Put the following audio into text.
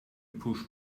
push